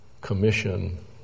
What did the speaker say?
commission